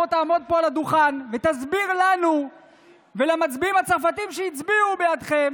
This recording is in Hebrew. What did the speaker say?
בוא תעמוד פה על הדוכן ותסביר לנו ולמצביעים הצרפתים שהצביעו בעדכם